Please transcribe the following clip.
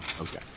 Okay